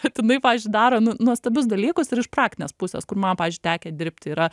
bet jinai pavyzdžiui daro nu nuostabius dalykus ir iš praktinės pusės kur man pavyzdžiui tekę dirbti yra